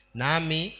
nami